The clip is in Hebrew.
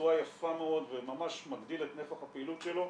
בצורה יפה מאוד וממש מגדיל את נפח הפעילות שלו.